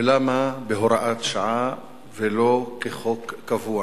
ולמה בהוראת שעה ולא כחוק קבוע.